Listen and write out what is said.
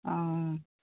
অঁ